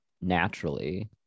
naturally